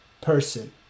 person